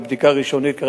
בבדיקה ראשונית,